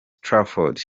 trafford